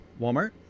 walmart